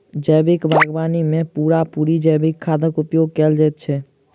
जैविक बागवानी मे पूरा पूरी जैविक खादक उपयोग कएल जाइत छै